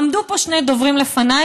עמדו פה שני דוברים לפניי,